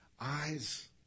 Eyes